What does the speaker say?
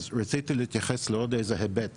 אז רציתי להתייחס לעוד איזה היבט